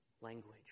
language